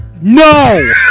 No